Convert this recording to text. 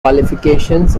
qualifications